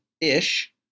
ish